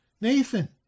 Nathan